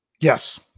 Yes